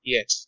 Yes